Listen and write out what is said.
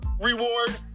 reward